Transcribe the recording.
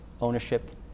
ownership